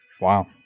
Wow